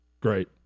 Great